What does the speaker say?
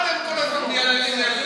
מה אתם כל הזמן מייללים, אתם השתגעתם?